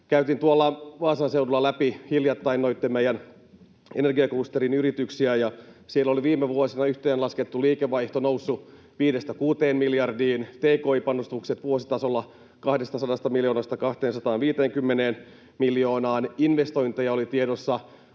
Käytiin tuolla Vaasan seudulla hiljattain läpi meidän energiaklusterin yrityksiä, ja siellä oli viime vuosina yhteenlaskettu liikevaihto noussut viidestä miljardista kuuteen miljardiin, tki-panostukset vuositasolla 200 miljoonasta 250 miljoonaan. Investointeja oli tiedossa